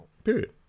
period